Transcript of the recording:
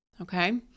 Okay